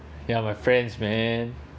ya my friends man